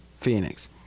Phoenix